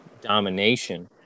domination